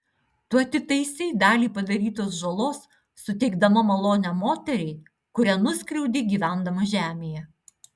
tu atitaisei dalį padarytos žalos suteikdama malonę moteriai kurią nuskriaudei gyvendama žemėje